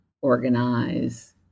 organize